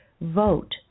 vote